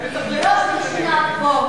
הייתי צריך לסחוט את זה ממך,